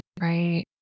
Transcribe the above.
right